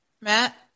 Matt